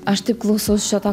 aš taip klausaus šito